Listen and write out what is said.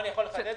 אני יכול לחדד,